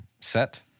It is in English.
set